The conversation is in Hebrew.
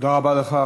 תודה רבה לך,